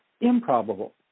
improbable